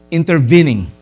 intervening